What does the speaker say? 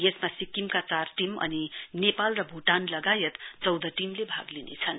यसमा सिक्किमका चार टीम अनि नेपाल र भ्टान चौध टीमले भाग लिनेछन्